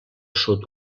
sud